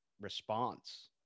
response